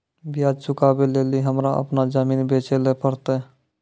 ब्याज चुकबै लेली हमरा अपनो जमीन बेचै ले पड़लै